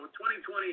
2020